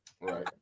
right